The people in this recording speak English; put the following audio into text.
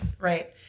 Right